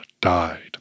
died